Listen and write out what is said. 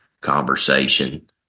conversation